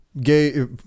gay